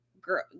girl